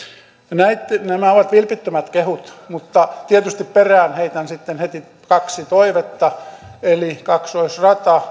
nämä ovat vilpittömät kehut mutta tietysti perään heitän sitten heti kaksi toivetta eli kaksoisraiteen